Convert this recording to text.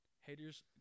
Haters